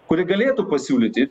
kuri galėtų pasiūlyti